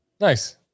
Nice